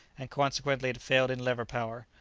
and consequently it failed in lever-power.